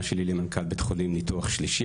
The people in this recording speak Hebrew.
שלי למנכ"ל בית החולים ניתוח שלישי,